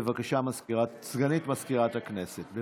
בבקשה, סגנית מזכירת הכנסת.